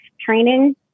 training